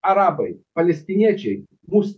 arabai palestiniečiai mus